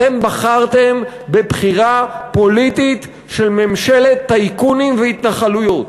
אתם בחרתם בחירה פוליטית של ממשלת טייקונים והתנחלויות,